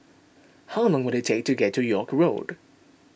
how long will it take to walk to York Road